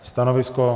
Stanovisko?